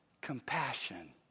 Compassion